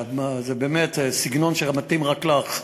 זה באמת סגנון שמתאים רק לך,